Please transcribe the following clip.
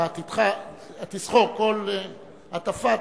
בעתידך תזכור כל הטפה,